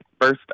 first